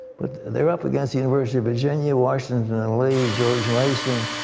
but they're up against the university of virginia, washington and lee, george mason,